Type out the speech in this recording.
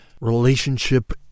relationship